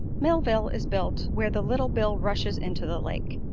millville is built where the little bill rushes into the lake.